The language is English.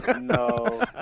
No